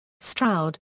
Stroud